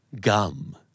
Gum